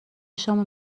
شام